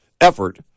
effort